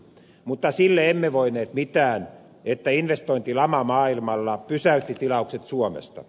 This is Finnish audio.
mutta sille emme voineet mitään että investointilama maailmalla pysäytti tilaukset suomesta